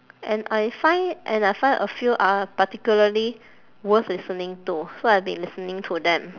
and I find and I find a few are particularly worth listening to so I've been listening to them